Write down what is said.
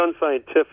unscientific